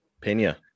Pena